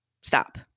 stop